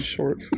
short